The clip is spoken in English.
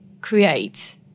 create